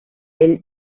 ell